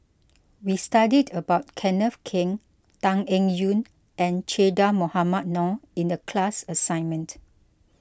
we studied about Kenneth Keng Tan Eng Yoon and Che Dah Mohamed Noor in the class assignment